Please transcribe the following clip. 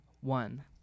One